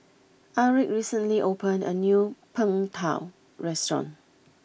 Aric recently opened a new Png tao restaurant